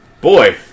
boy